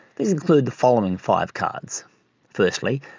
these include the following five cards firstly,